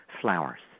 flowers